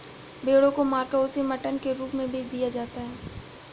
भेड़ों को मारकर उसे मटन के रूप में बेच दिया जाता है